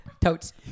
totes